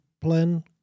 plan